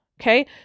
Okay